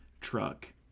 truck